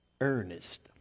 earnest